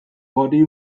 roddy